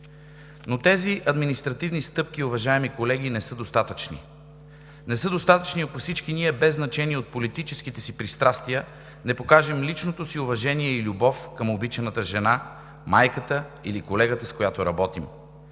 Но тези административни стъпки, уважаеми колеги, не са достатъчни. Не са достатъчни, ако всички ние, без значение от политическите си пристрастия, не покажем личното си уважение и любов към обичаната жена, майката или колегата, с която работим.